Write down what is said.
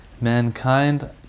Mankind